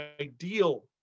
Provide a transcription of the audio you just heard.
ideal